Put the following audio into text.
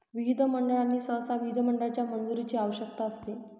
विधिमंडळ आणि सहसा विधिमंडळाच्या मंजुरीची आवश्यकता असते